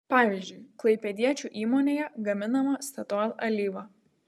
pavyzdžiui klaipėdiečių įmonėje gaminama statoil alyva